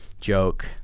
joke